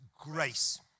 grace